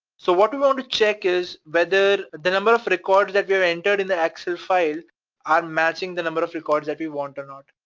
so what we want to check is whether the number of records that were entered in the excel file are matching the number of records that we want or not.